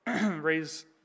raise